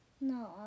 No